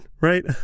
right